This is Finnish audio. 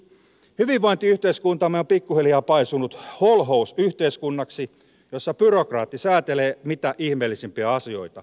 hyvinvointiyhteiskuntamme on pikku hiljaa paisunut holhousyhteiskunnaksi jossa byrokraatti säätelee mitä ihmeellisimpiä asioita